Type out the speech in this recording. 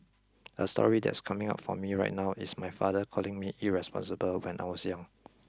a story that's coming up for me right now is my father calling me irresponsible when I was young